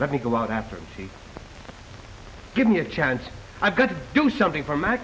let me go out after he give me a chance i've got to do something for my